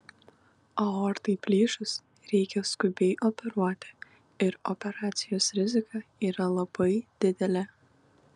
aortai plyšus reikia skubiai operuoti ir operacijos rizika yra labai didelė